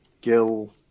Gil